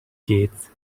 gates